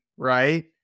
right